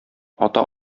ата